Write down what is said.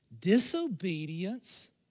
Disobedience